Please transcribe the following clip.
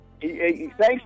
thanks